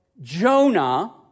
Jonah